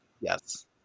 Yes